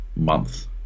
month